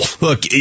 Look